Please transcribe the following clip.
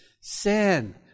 sin